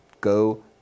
go